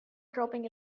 dropping